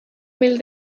mil